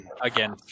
again